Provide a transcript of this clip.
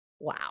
Wow